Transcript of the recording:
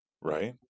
right